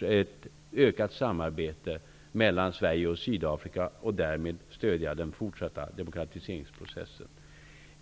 ett ökat samarbete mellan Sverige och Sydafrika. Vi stöder därmed den fortsatta demokratiseringsprocessen.